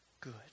Good